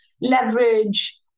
leverage